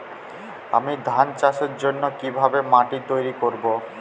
আমি ধান চাষের জন্য কি ভাবে মাটি তৈরী করব?